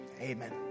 amen